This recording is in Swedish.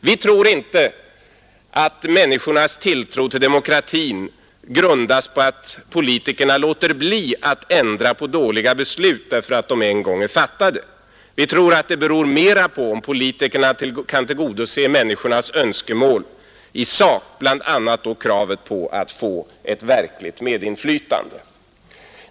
Vi tror inte att människornas tilltro till demokratin grundas på att politikerna låter bli att ändra på dåliga beslut därför att de en gång är fattade. Vi tror att den beror mera på om politikerna kan tillgodose människornas önskemål i sak, bl.a. då kravet på att få ett verkligt medinflytande.